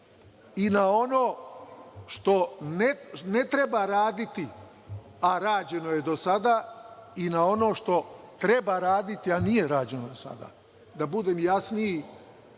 i na ono što ne treba raditi, a rađeno je do sada, i na ono što treba raditi, a nije rađeno do sada. Da budem jasniji,